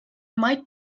might